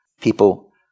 people